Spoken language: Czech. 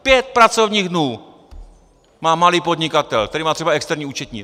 Pět pracovních dnů má malý podnikatel, který má třeba externí účetní!